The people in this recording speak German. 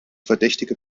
verdächtige